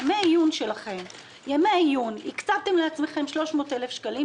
לגבי ימי העיון שלכם הקצבתם לעצמכם 300,000 שקלים,